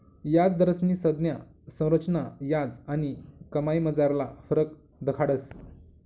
याजदरस्नी संज्ञा संरचना याज आणि कमाईमझारला फरक दखाडस